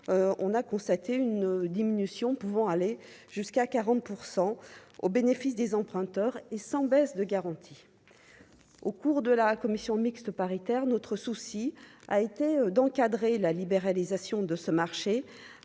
on a constaté une diminution pouvant aller jusqu'à 40 % au bénéfice des emprunteurs et sans baisse de garantie au cours de la commission mixte paritaire, notre souci a été d'encadrer la libéralisation de ce marché